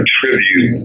tribute